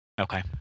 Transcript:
Okay